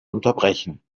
unterbrechen